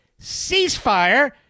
ceasefire